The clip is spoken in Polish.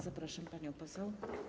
Zapraszam panią poseł.